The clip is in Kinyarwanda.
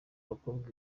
abakobwa